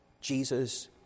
Jesus